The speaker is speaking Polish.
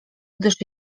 gdyż